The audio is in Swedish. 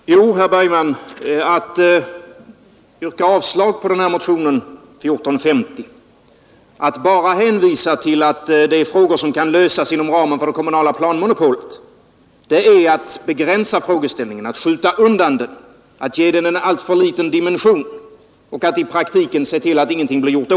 Herr talman! Jo, herr Bergman, att yrka avslag på motionen 1450 och bara hänvisa till att den gäller frågor som kan lösas inom det kommunala planmonopolet är att begränsa frågeställningen, att skjuta undan den, att ge den en alltför liten dimension och att i praktiken se till att ingenting blir gjort.